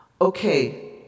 Okay